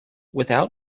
without